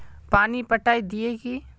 पानी पटाय दिये की?